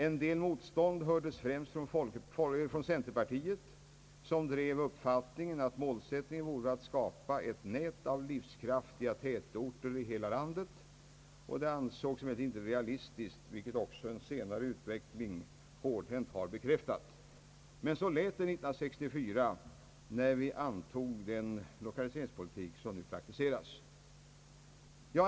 En del motstånd hördes främst från centerpartiet, som drev uppfattningen att målsättningen vore att skapa »ett nät av livskraftiga tätorter» i hela landet. Detia ansågs inte realistiskt, vilket också en senare utveckling hårdhänt har bekräftat, men så lät det år 1964 när vi antog den lokaliseringspolitik som nu praktiseras.